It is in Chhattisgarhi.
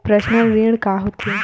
पर्सनल ऋण का होथे?